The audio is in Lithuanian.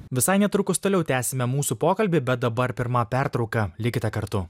visai netrukus toliau tęsime mūsų pokalbį bet dabar pirma pertrauka likite kartu